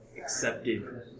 accepted